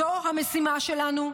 זו המשימה שלנו,